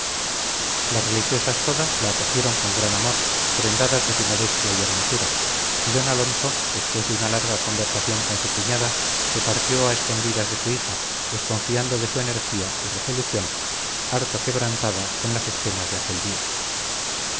las religiosas todas la acogieron con gran amor prendadas de su modestia y hermosura y don alonso después de una larga conversación con su cuñada se partió a escondidas de su hija desconfiando de su energía y resolución harto quebrantada con las escenas de aquel día